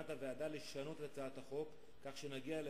שבכוונת הוועדה לשנות את הצעת החוק כך שנגיע אל